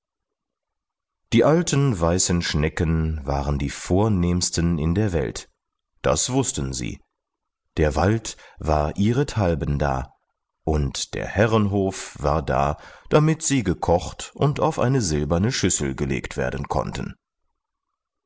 die alten weißen schnecken waren die vornehmsten in der welt das wußten sie der wald war ihrethalben da und der herrenhof war da damit sie gekocht und auf eine silberne schüssel gelegt werden konnten